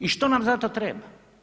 I što nam za to treba?